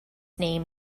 name